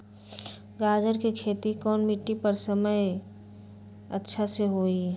गाजर के खेती कौन मिट्टी पर समय अच्छा से होई?